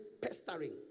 pestering